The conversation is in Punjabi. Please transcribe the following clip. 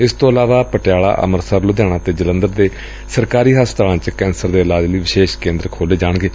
ਇਸ ਤੋ ਇਲਾਵਾ ਪਟਿਆਲਾ ਅੰਮ੍ਤਿਸਰ ਲੁਧਿਆਣਾ ਅਤੇ ਜਲੰਧਰ ਦੇ ਸਰਕਾਰੀ ਹਸਪਤਾਲਾਂ ਚ ਕੈਸਰ ਦੇ ਇਲਾਜ ਲਈ ਵਿਸ਼ੇਸ਼ ਕੇਦਰ ਖੋਲ਼ੇ ਜਾਣਗੇ